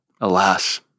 Alas